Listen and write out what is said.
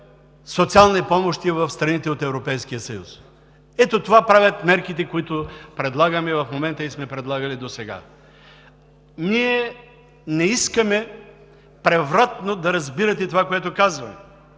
социални помощи в страните от Европейския съюз. Ето това правят мерките, които предлагаме в момента и сме предлагали досега. Ние не искаме превратно да разбирате онова, което казваме.